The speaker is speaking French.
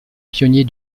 pionnier